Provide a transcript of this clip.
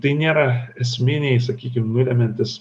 tai nėra esminiai sakykim nulemiantys